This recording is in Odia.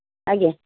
ଆଜ୍ଞା